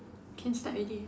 can start already